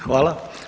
Hvala.